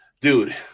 dude